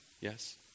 Yes